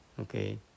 okay